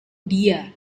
dia